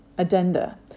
Addenda